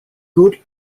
good